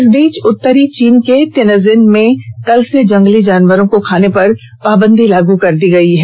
इस बीच उत्तरी चीन के तिनाजिन में कल से जंगली जानवरों को खाने पर पाबंदी लागू कर दी गयी है